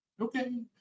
okay